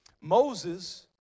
moses